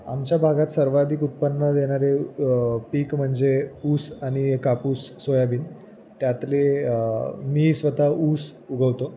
आमच्या भागात सर्वाधिक उत्पन्न देणारे पीक म्हणजे ऊस आणि कापूस सोयाबीन त्यातले मी स्वत ऊस उगवतो